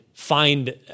find